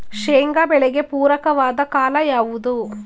ಶೇಂಗಾ ಬೆಳೆಗೆ ಪೂರಕವಾದ ಕಾಲ ಯಾವುದು?